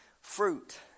fruit